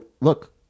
look